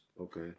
Okay